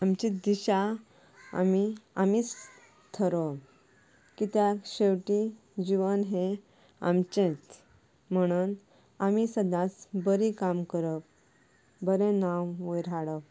आमची दिशा आमी आमीच थारोवप कित्याक शेवटी जिवन हें आमचेंच म्हणून आमी सदांच बरीं कामां करप बरें नांव वयर हाडप